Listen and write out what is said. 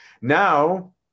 now